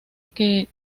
que